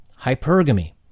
Hypergamy